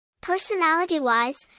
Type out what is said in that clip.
Personality-wise